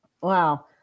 Wow